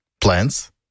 Plants